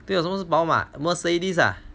什么是宝马 Mercedes ah